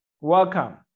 welcome